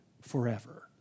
forever